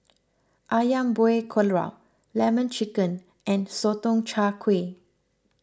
Ayam Buah Keluak Lemon Chicken and Sotong Char Kway